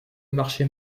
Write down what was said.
marché